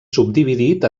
subdividit